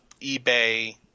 eBay